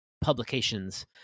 publications